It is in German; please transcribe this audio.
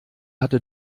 hatte